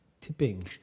tipping